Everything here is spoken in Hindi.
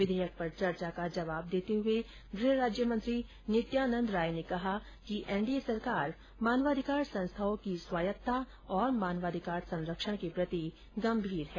विधेयक पर चर्चा का जवाब देते हुए गृह राज्यमंत्री नित्यानंद राय ने कहा कि एनडीए सरकार मानवाधिकार संस्थाओं की स्वायत्ता और मानवाधिकार संरक्षण के प्रति गंभीर है